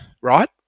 right